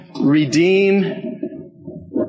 Redeem